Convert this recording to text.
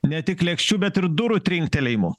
ne tik lėkščių bet ir durų trinktelėjimų